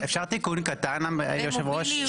למוביליות חברתית.